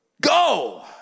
go